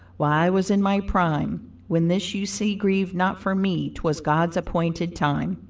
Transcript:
while i was in my prime when this you see grieve not for me twas god's appointed time.